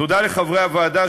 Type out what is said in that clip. תודה לחברי הוועדה,